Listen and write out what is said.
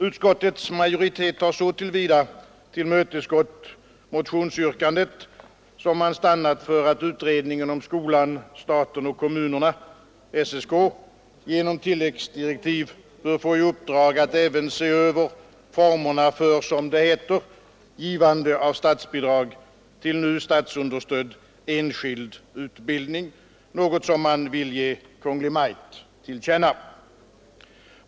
Utskottets majoritet har så till vida tillmötesgått motionsyrkandet som man stannat för att utredningen om skolan, staten och kommunerna — SSK — genom tilläggsdirektiv bör få i uppdrag att även se över formerna för, som det heter, ”givande av statsbidrag till övrig nu statsunderstödd enskild utbildning”, något som man vill ge Kungl. Maj:t till känna.